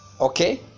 okay